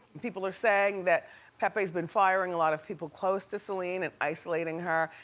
people are saying that pepe's been firing a lot of people close to celine and isolating her,